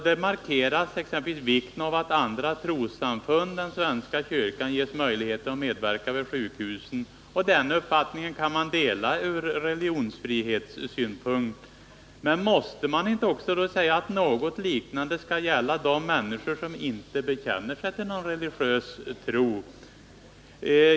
Där markeras exempelvis vikten av att andra trossamfund än svenska kyrkan ges | möjligheter att medverka vid sjukhusen. Och den uppfattningen kan man dela ur religionsfrihetssynpunkt. Men måste man då inte också säga att något liknande skall gälla de människor som inte bekänner sig till någon religiös tro?